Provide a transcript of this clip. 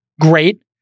great